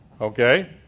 Okay